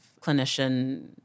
clinician